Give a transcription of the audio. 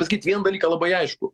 pasakyt vieną dalyką labai aiškų